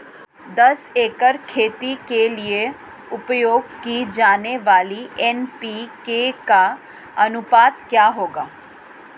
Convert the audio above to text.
दस एकड़ खेती के लिए उपयोग की जाने वाली एन.पी.के का अनुपात क्या होगा?